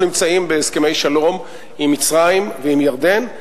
אנחנו נמצאים בהסכמי שלום עם מצרים וירדן,